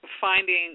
finding